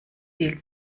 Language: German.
viel